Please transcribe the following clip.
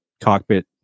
cockpit